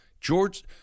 george